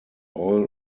all